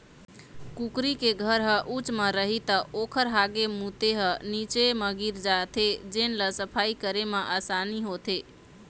कुकरी के घर ह उच्च म रही त ओखर हागे मूते ह नीचे म गिर जाथे जेन ल सफई करे म असानी होथे